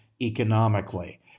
economically